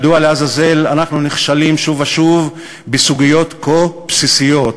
מדוע לעזאזל אנחנו נכשלים שוב ושוב בסוגיות כה בסיסיות,